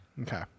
okay